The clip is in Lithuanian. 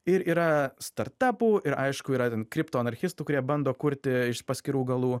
ir yra startapų ir aišku yra ten kripto anarchistų kurie bando kurti iš paskirų galų